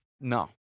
no